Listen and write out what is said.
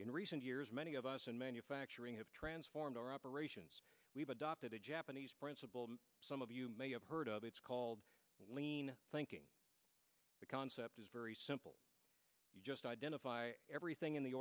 in recent years many of us in manufacturing have transformed our operations we've adopted a japanese principle some of you may have heard of it's called lean thinking the concept is very simple you just identify everything in the